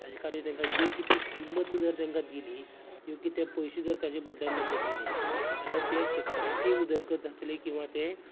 ताचे खातीर तेंका योग्य ती किंमत जर तेंका दिली योग्य ते पयशें जर ताज्या बदलांक जर दिलें जाल्यार ते शेतकऱ्याची उदरगत जातली किंवां ते